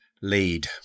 lead